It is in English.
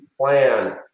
plan